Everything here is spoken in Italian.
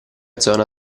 zona